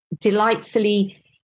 delightfully